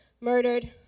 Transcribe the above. murdered